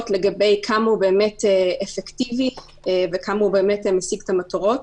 לגבי כמה הוא באמת אפקטיבי וכמה הוא באמת משיג את המטרות.